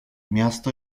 miasto